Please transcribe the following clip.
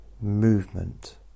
movement